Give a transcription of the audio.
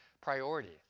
priority